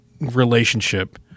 relationship